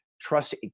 trust